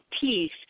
peace